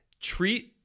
Treat